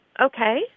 Okay